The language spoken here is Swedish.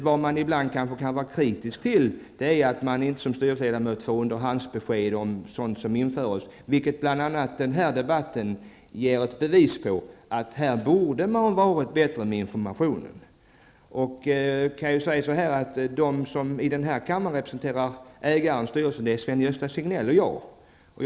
Vad man ibland kanske kan vara kritisk till är att man som styrelseledamot inte får underhandsbesked om sådant som införs. Bl.a. denna debatt är ett bevis på att man här borde ha gett bättre information. De som i denna kammare representerar ägaren i styrelsen är Sven-Gösta Signell och jag.